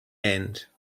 and